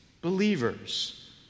believers